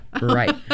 right